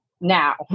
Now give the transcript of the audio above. now